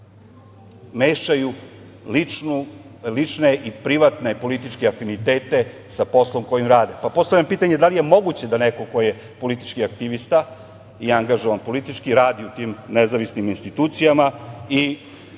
mešaju lične i privatne političke afinitete sa poslom koji rade. Postavljam pitanje, da li je moguće da neko ko je politički aktivista, i angažovan politički, radi u tim nezavisnim institucijama i